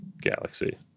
galaxy